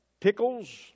pickles